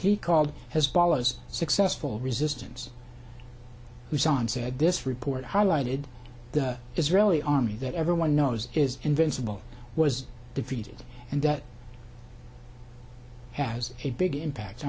he called his followers successful resistance we saw and said this report highlighted the israeli army that everyone knows is invincible was defeated and that has a big impact